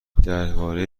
درباره